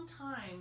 time